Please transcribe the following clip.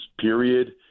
period